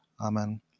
Amen